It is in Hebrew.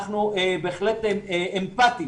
אנחנו בהחלט אמפטיים.